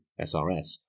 SRS